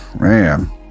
Man